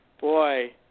Boy